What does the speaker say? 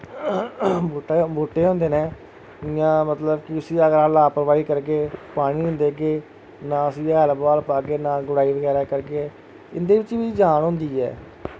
बूह्टा बूह्टे होंदे न एह् इ'यां मतलब कि उस्सी अगर अस लापरवाही करगे ते पानी निं देगे ना उस्सी हैल ब्हाल पागे ते ना गुडाई बगैरा करगे इं'दे बिच्च बी जान होंदी ऐ